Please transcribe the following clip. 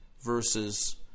versus